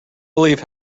believe